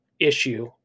issue